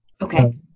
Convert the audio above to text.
Okay